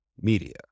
Media